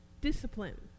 Discipline